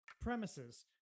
premises